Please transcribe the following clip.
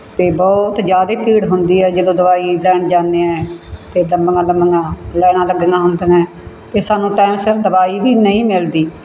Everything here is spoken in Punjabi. ਅਤੇ ਬਹੁਤ ਜ਼ਿਆਦਾ ਭੀੜ ਹੁੰਦੀ ਹੈ ਜਦੋਂ ਦਵਾਈ ਲੈਣ ਜਾਂਦੇ ਹਾਂ ਤਾਂ ਲੰਬੀਆਂ ਲੰਬੀਆਂ ਲਾਈਨਾਂ ਲੱਗੀਆਂ ਹੁੰਦੀਆਂ ਅਤੇ ਸਾਨੂੰ ਟੈਮ ਸਿਰ ਦਵਾਈ ਵੀ ਨਹੀਂ ਮਿਲਦੀ